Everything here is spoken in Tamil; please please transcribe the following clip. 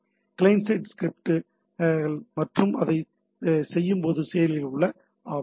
கிளையன்ட் சைட் ஸ்கிரிப்ட்கள் மற்றும் அதைச் செய்யும்போது செயலில் உள்ள ஆவணங்கள்